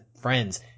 friends